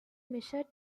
measured